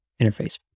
interface